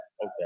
okay